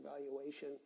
evaluation